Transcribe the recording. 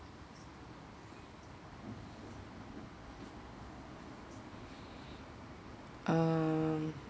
um